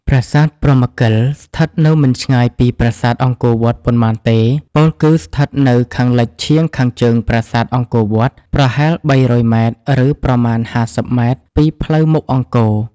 ប្រាសាទព្រហ្មកិល ស្ថិតនៅមិនឆ្ងាយពីប្រាសាទអង្គរវត្តប៉ុន្មានទេ ពោលគឺស្ថិតនៅខាងលិចឈៀងខាងជើងប្រាសាទអង្គរវត្ត ប្រហែល ៣០០ ម៉ែត្រ ឬប្រមាណ ៥០ ម៉ែត្រពីផ្លូវមុខអង្គរ។